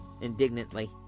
indignantly